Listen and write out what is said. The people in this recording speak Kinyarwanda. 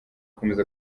akomeze